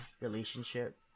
relationship